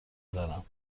دارم